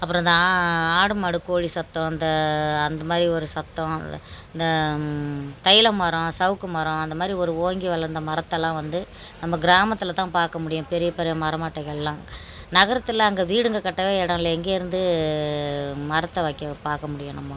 அப்புறம் இந்த ஆ ஆடு மாடு கோழி சத்தம் அந்த அந்த மாதிரி ஒரு சத்தம் இந்த தைல மரம் சவுக்கு மரம் அந்த மாதிரி ஒரு ஓங்கி வளர்ந்த மரத்தலாம் வந்து நம்ம கிராமத்தில் தான் பார்க்க முடியும் பெரிய பெரிய மர மட்டைகளெலாம் நகரத்தில் அங்கே வீடுங்க கட்டவே இடம் இல்லை எங்கேருந்து மரத்தை வைக்க பார்க்க முடியும் நம்ம